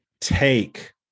Take